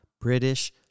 British